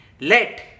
Let